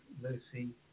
Lucy